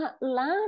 last